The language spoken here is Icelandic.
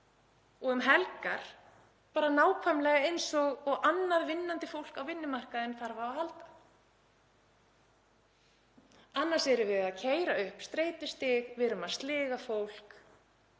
og um helgar, bara nákvæmlega eins og annað vinnandi fólk á vinnumarkaði þarf á að halda, annars erum við að keyra upp streitustig, við erum að sliga fólk.